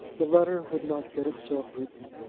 the letter would not get itself written.